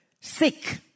sick